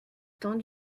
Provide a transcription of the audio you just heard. temps